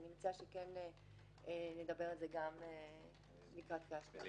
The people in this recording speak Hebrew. אני מציעה שכן נדבר על זה גם לקראת הקריאות הבאות.